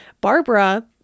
Barbara